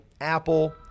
Apple